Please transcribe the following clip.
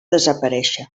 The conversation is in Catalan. desaparéixer